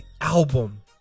album